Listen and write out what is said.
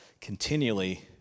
continually